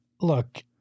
Look